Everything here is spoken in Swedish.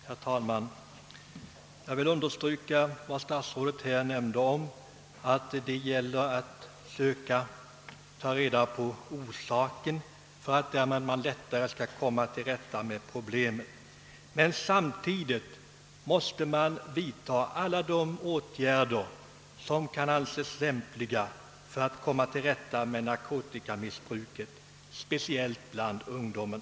Herr talman! Jag vill understryka statsrådets ord att det här gäller att ta reda på orsakerna för att sedan komma till rätta med problemet. Samtidigt måste vi emellertid vidta alla åtgärder som kan anses lämpliga för att råda bot på narkotikamissbruket, speciellt missbruket bland ungdomen.